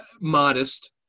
modest